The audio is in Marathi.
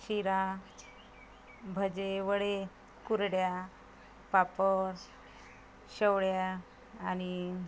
शिरा भजे वडे कुरड्या पापड शवळ्या आणि